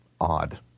odd